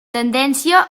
tendència